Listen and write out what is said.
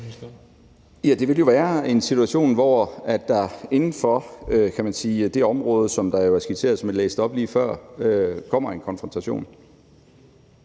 Det ville jo være i en situation, hvor der inden for det område, som jo er skitseret i det, som